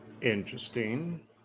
Interesting